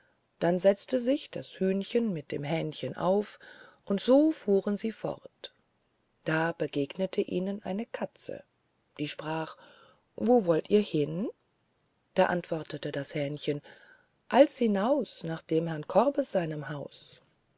dann setzte sich das hühnchen mit dem hähnchen auf und so fuhren sie fort da begegnete ihnen eine katze die sprach wo wollt ihr hin da antwortete das hähnchen als hinaus nach dem herrn korbes seinem haus